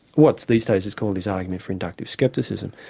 what's these days is called his argument for inductive scepticism.